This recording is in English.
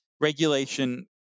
regulation